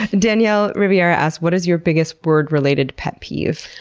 and danielle rivera asks what is your biggest word-related pet peeve?